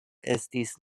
estis